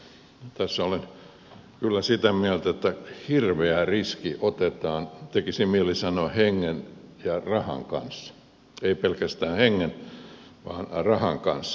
tässä olen kyllä sitä mieltä että hirveä riski otetaan tekisi mieli sanoa että hengen ja rahan kanssa ei pelkästään hengen vaan myös rahan kanssa